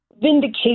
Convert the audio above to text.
vindication